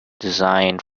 designed